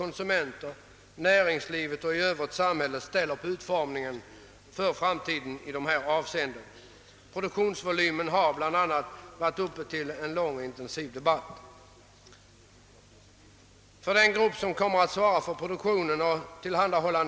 Det är detta som framhålles i motionen och som jag här velat understryka. Dessutom är det inte alltid säkert att man genom en långt driven specialisering uppnår den allra lägsta produktionskostnaden.